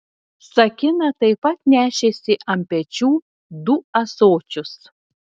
sakina taip pat nešėsi ant pečių du ąsočius